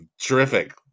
terrific